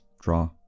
draw